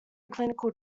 clinical